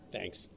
Thanks